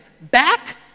back